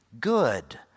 good